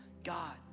God